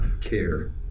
care